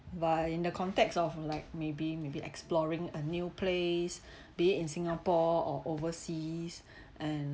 but in the context of like maybe maybe exploring a new place be it in singapore or overseas and